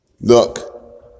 Look